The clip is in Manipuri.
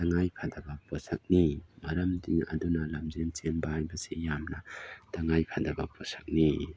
ꯇꯪꯉꯥꯏ ꯐꯗꯕ ꯄꯣꯠꯁꯛꯅꯤ ꯃꯔꯝꯗꯤ ꯑꯗꯨꯅ ꯂꯝꯖꯦꯟ ꯆꯦꯟꯕ ꯍꯥꯏꯕꯁꯤ ꯌꯥꯝꯅ ꯇꯥꯡꯉꯥꯏ ꯐꯗꯕ ꯄꯣꯠꯁꯛꯅꯤ